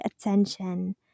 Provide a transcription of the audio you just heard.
attention